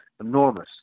enormous